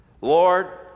Lord